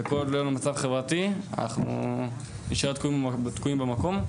וכל המצב החברתי אנחנו נישאר תקועים במקום,